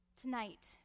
Tonight